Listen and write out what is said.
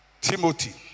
Timothy